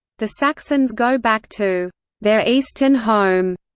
the saxons go back to their eastern home.